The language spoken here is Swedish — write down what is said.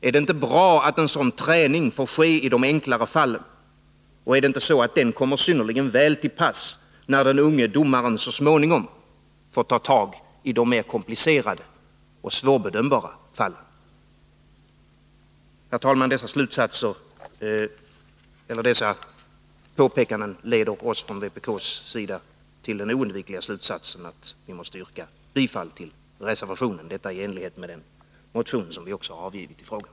Är det inte bra att en sådan träning får ske i de enklare fallen? Kommer inte den synnerligen väl till pass när den unge domaren så småningom får ta tag i de mer komplicerade och svårbedömbara fallen? Herr talman! Dessa påpekanden leder oss från vpk:s sida till den oundvikliga slutsatsen att vi måste yrka bifall till reservationen — detta i enlighet med den motion vi också avgivit i frågan.